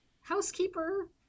housekeeper